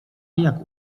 jak